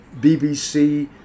bbc